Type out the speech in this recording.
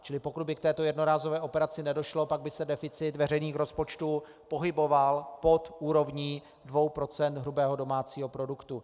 Čili pokud by k této jednorázové operaci nedošlo, pak by se deficit veřejných rozpočtů pohyboval pod úrovní dvou procent hrubého domácího produktu.